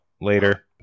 later